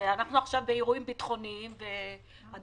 אנחנו